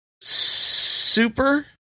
Super